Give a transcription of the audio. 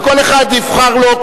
וכל אחד יבחר לו,